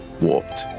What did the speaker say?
Warped